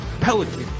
Pelican